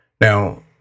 Now